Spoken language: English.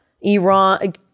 iran